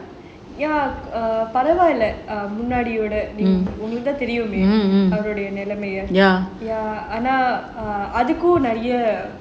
ya பரவாயில்ல முன்னாடியவிட உங்களுக்குத்தான் தெரியுமே அவருடைய நிலைமைய:paravaailla munnaadivida ungalukku thaan teriyumae avarudaiya nilaimaiya ya அதுக்கும் நிறைய:athuku niraiya